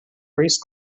race